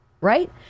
right